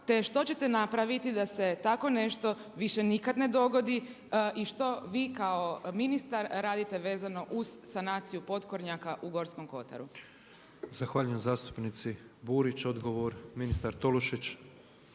te što ćete napraviti da se takvo nešto više nikada ne dogodi i što vi kao ministar radite vezano uz sanaciju potkornjaka u Gorskom kotaru. **Petrov, Božo (MOST)** Zahvaljujem zastupnici Burić, odgovor ministar Tolušić.